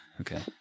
okay